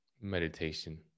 Meditation